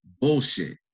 bullshit